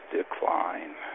decline